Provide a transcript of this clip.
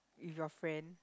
with your friend